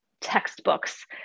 textbooks